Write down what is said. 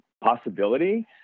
possibility